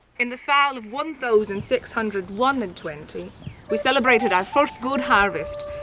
in the fall of one thousand six hundred one and twenty we celebrated our first good harvest.